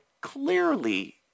clearly